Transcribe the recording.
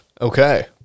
okay